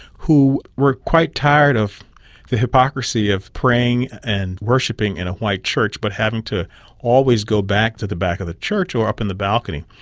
who were quite tired of the hypocrisy of praying and worshipping in a white church but having to always go back to the back of the church or up in the balcony.